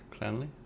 Cleanly